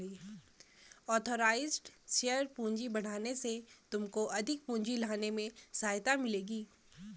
authorised share पूंजी बढ़ाने से तुमको अधिक पूंजी लाने में सहायता मिलेगी